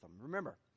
Remember